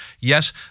Yes